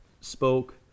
spoke